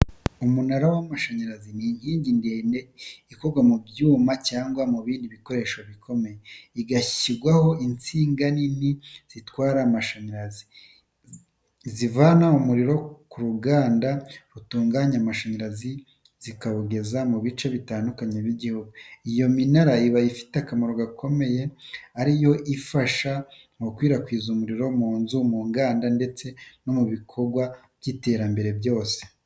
Umunara w’amashanyarazi ni inkingi ndende ikorwa mu byuma cyangwa mu bindi bikoresho bikomeye, igashyirwaho insinga nini zitwara amashanyarazi zivana umuriro ku ruganda rutunganya amashanyarazi zikawugeza mu bice bitandukanye by’igihugu. Iyo minara iba ifite akamaro gakomeye kuko ari yo ifasha mu gukwirakwiza umuriro mu nzu, mu nganda ndetse no mu bikorwa by’iterambere byose.